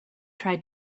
try